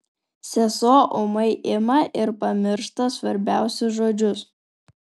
sesuo ūmai ima ir pamiršta svarbiausius žodžius